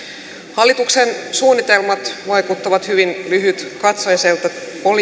hallituksen suunnitelmat vaikuttavat hyvin lyhytkatseiselta politiikalta